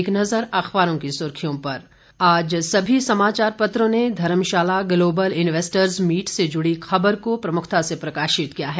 एक नजर अखबारों की सुर्खियों पर आज सभी समाचार पत्रों ने धर्मशाला ग्लोबल इन्वेस्टर्स मीट से जुड़ी ख़बर को प्रमुखता से प्रकाशित किया है